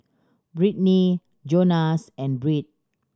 Brittnie Jonas and Britt